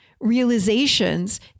realizations